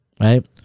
Right